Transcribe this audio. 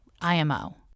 IMO